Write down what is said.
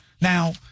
now